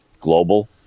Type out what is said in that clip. Global